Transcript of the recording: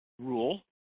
rule